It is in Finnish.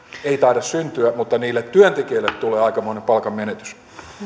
ei taida syntyä mutta niille työntekijöille tulee aikamoinen palkanmenetys